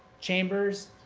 chambers,